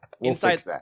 Inside